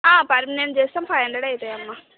permanent చేస్తాం five hundred అవుతాయి అమ్మ